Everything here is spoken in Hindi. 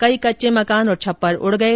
कई कच्चे मकान और छप्पर उड़ गए